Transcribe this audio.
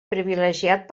privilegiat